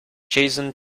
jason